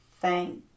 thank